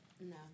No